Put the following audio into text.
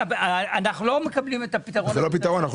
אנחנו לא מקבלים את הפתרון עם